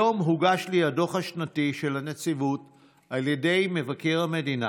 היום הוגש לי הדוח השנתי של הנציבות על ידי מבקר המדינה,